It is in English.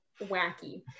wacky